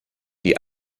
die